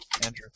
Andrew